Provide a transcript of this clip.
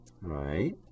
right